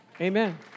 Amen